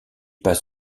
passe